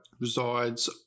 resides